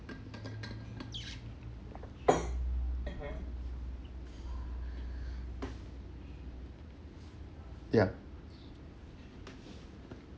yup